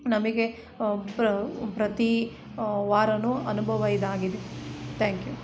ನಮಗೆ ಪ್ರತೀ ವಾರ ಅನುಭವ ಇದಾಗಿದೆ ತ್ಯಾಂಕ್ ಯು